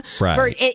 right